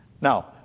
Now